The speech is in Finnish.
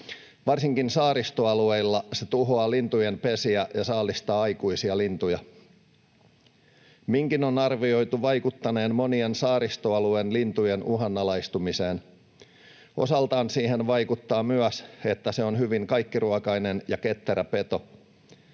Varsinkin saaristoalueilla se tuhoaa lintujen pesiä ja saalistaa aikuisia lintuja. Minkin on arvioitu vaikuttaneen monien saaristoalueen lintujen uhanalaistumiseen. Osaltaan siihen vaikuttaa se, että se on hyvin kaikkiruokainen ja ketterä peto.